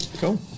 Cool